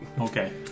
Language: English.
Okay